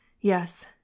yes